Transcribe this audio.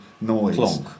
noise